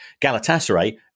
Galatasaray